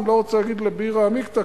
אני לא רוצה להגיד לבירא עמיקתא,